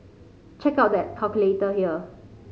check out the calculator here